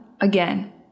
again